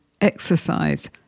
exercise